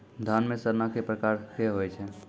धान म सड़ना कै प्रकार के होय छै?